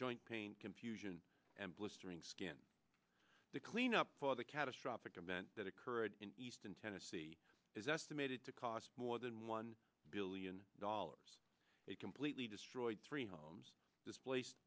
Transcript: joint pain confusion and blistering skin the cleanup of the catastrophic event that occurred in eastern tennessee is estimated to cost more than one billion dollars it completely destroyed three homes displaced